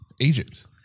Egypt